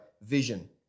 vision